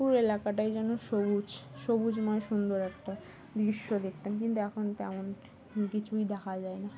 পুরো এলাকাটাই যেন সবুজ সবুজময় সুন্দর একটা দৃশ্য দেখতাম কিন্তু এখন তেমন কিছুই দেখা যায় না